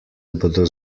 bodo